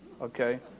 Okay